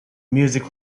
music